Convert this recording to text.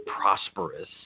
prosperous